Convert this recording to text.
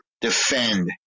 defend